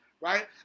right